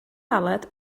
galed